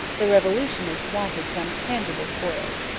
the revolutionists wanted some tangible spoils.